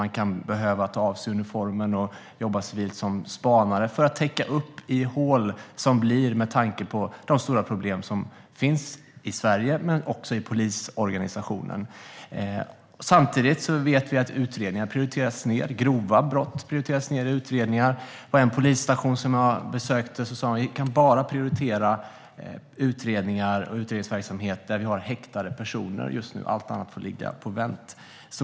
De kan behöva ta av sig uniformen och jobba civilt som spanare för att täcka de hål som uppstår med tanke på de stora problem som finns i Sverige men också i polisorganisationen. Samtidigt vet vi att utredningar prioriteras ned. Grova brott prioriteras ned i utredningar. På en polisstation som jag besökte sa man: Vi kan bara prioritera utredningar och utredningsverksamhet där vi har häktade personer just nu. Allt annat får ligga på vänt.